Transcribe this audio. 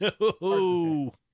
no